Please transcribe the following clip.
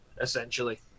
essentially